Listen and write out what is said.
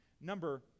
number